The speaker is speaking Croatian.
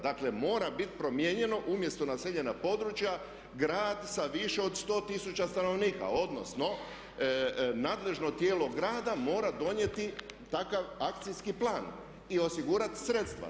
Dakle, mora biti promijenjeno umjesto naseljena područja, grad sa više od 100 tisuća stanovnika odnosno nadležno tijelo grada mora donijeti takav akcijski plan i osigurati sredstva.